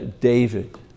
David